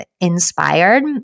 inspired